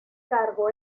cargo